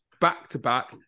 back-to-back